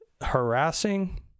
harassing